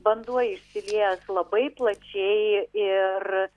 vanduo išsiliejęs labai plačiai ir